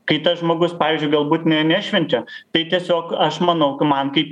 kai tas žmogus pavyzdžiui galbūt ne nešvenčia tai tiesiog aš manau man kaip